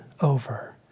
over